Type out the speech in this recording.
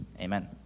amen